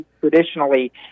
traditionally